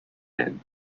and